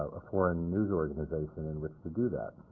a foreign news organization in which to do that,